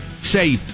say